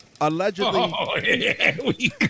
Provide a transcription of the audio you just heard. Allegedly